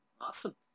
awesome